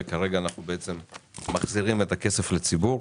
וכרגע אנחנו בעצם מחזירים את הכסף לציבור,